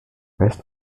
west